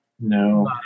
No